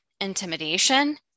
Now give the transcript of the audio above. intimidation